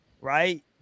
right